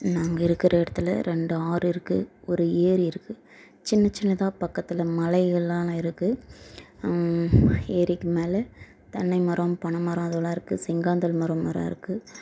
நாங்கள் இருக்கிற இடத்துல ரெண்டு ஆறு இருக்கு ஒரு ஏரி இருக்கு சின்ன சின்னதாக பக்கத்தில் மலைகள்லாம் அங்கே இருக்கு ஏரிக்கு மேலே தென்னை மரம் பனை மரம் அதெலாம் இருக்கு செங்காந்தள் மரம் மரம் இருக்கு